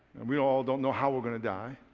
we all don't know how we're going to die.